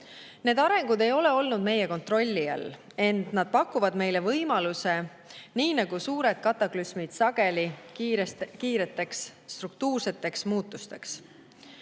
Need arengud ei ole olnud meie kontrolli all, ent nad pakuvad meile võimaluse – nii nagu suured kataklüsmid sageli – kiireteks struktuurseteks muutusteks.